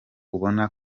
ubona